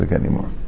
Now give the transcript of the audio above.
anymore